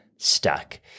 Stuck